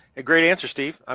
ah great answer, steve, um